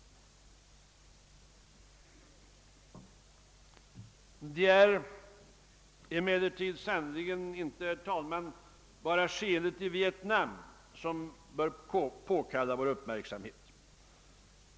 Det är emellertid sannerligen inte, herr talman, bara skeendet i Vietnam som bör påkalla vår uppmärksamhet.